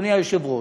אדוני היושב-ראש,